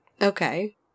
Okay